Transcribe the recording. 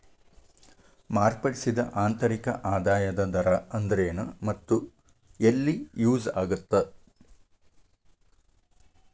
ಮಾರ್ಪಡಿಸಿದ ಆಂತರಿಕ ಆದಾಯದ ದರ ಅಂದ್ರೆನ್ ಮತ್ತ ಎಲ್ಲಿ ಯೂಸ್ ಆಗತ್ತಾ